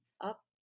up